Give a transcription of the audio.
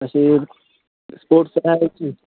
असे स्पोर्ट्स